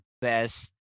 best